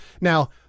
Now